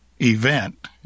event